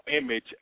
image